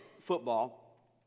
football